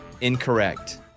Incorrect